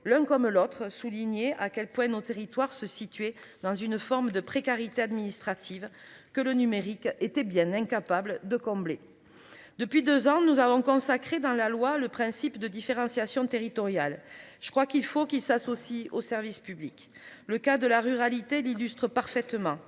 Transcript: l'un comme l'autre souligner à quel point nos territoires se situer dans une forme de précarité administrative que le numérique était bien incapables de combler. Depuis 2 ans nous avons consacré dans la loi le principe de différenciation territoriale. Je crois qu'il faut qu'il s'associe au service public. Le cas de la ruralité, l'illustre parfaitement